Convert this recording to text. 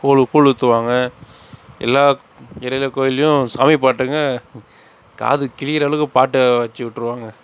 கூழு கூழு ஊற்றுவாங்க எல்லாக் இருக்கிற கோயில்லேயும் சாமி பாட்டுங்க காது கிழிகிற அளவுக்கு பாட்டை வச்சு விட்ருவாங்க